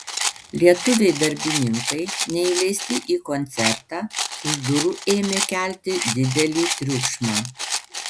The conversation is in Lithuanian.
lietuviai darbininkai neįleisti į koncertą už durų ėmė kelti didelį triukšmą